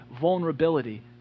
vulnerability